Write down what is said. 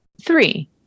Three